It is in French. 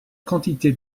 quantité